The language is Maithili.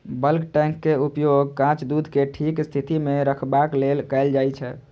बल्क टैंक के उपयोग कांच दूध कें ठीक स्थिति मे रखबाक लेल कैल जाइ छै